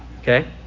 Okay